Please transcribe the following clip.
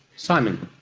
simon?